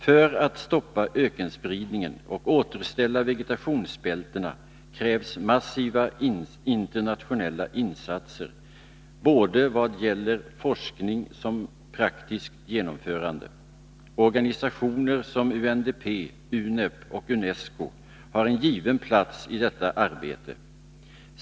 För att stoppa ökenspridningen och återställa vegetationsbältena krävs massiva internationella insatser i vad gäller både forskning och praktiskt genomförande. Organisationer som UNDP, UNEP och UNESCO har en given plats i detta arbete.